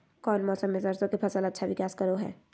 कौन मौसम मैं सरसों के फसल अच्छा विकास करो हय?